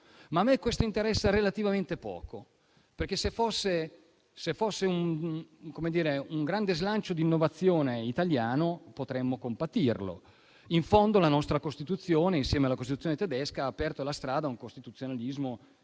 ma a me interessa relativamente poco, perché se fosse un grande slancio italiano di innovazione, potremmo compatirlo. In fondo, la nostra Costituzione, insieme alla Costituzione tedesca, ha aperto la strada al costituzionalismo in